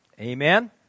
Amen